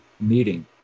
meeting